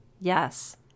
Yes